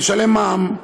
לשלם מע"מ.